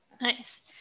Nice